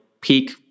peak